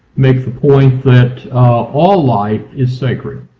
make the point that all life is sacred,